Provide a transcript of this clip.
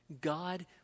God